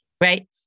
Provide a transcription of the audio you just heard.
right